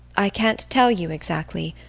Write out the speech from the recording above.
i can't tell you exactly.